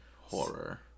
Horror